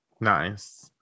nice